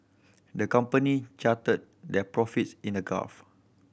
the company charted their profits in a graph